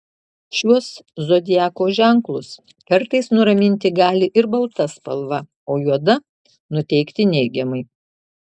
šiuos zodiako ženklus kartais nuraminti gali ir balta spalva o juoda nuteikti neigiamai